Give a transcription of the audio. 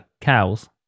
Cow's